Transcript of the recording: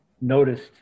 noticed